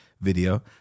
video